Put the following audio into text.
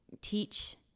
teach